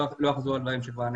לא אחזור על דברים שנאמרו.